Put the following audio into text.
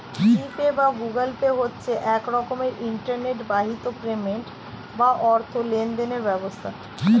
জি Pay বা Google Pay হচ্ছে এক রকমের ইন্টারনেট বাহিত পেমেন্ট বা অর্থ লেনদেনের ব্যবস্থা